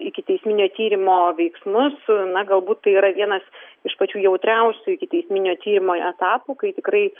ikiteisminio tyrimo veiksmus na galbūt tai yra vienas iš pačių jautriausių ikiteisminio tyrimo etapų kai tikrai